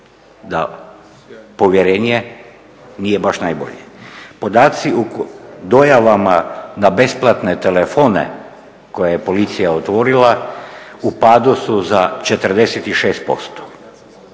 da povjerenje nije baš najbolje. Podaci o dojavama na besplatne telefone koje je policija otvorila u padu su za 46%